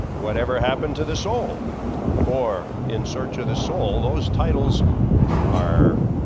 whatever happened to the soul or in search of the soul those titles are